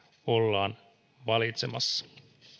ollaan valitsemassa